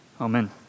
Amen